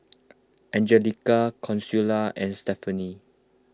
Angelica Consuela and Stephanie